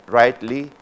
rightly